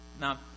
Now